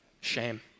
Shame